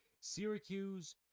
Syracuse